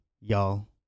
y'all